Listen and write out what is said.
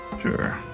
Sure